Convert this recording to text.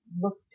looked